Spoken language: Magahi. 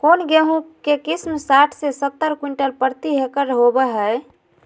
कौन गेंहू के किस्म साठ से सत्तर क्विंटल प्रति हेक्टेयर होबो हाय?